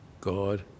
God